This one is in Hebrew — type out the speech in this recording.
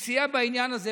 הוא סייע בעניין הזה.